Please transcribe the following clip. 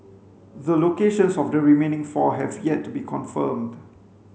the locations of the remaining four have yet to be confirmed